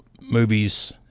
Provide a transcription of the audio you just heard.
movies